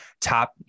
top